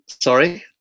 sorry